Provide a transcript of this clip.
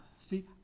see